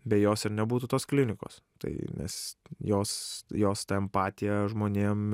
be jos ir nebūtų tos klinikos tai nes jos jos ta empatija žmonėm